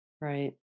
Right